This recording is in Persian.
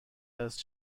است